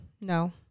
no